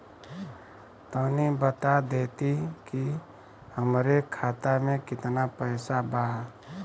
तनि बता देती की हमरे खाता में कितना पैसा बा?